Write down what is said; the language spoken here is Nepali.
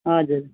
हजुर